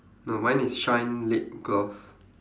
no mine is shine lip gloss